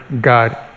God